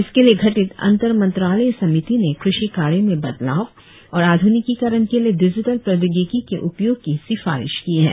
इसके लिए गठित अंतरमंत्रालय समिति ने कृषि कार्यों में बदलाव और आधुनिकीकरण के लिए डिजिटल प्रौद्योगिकी के उपयोग की सिफारिश की है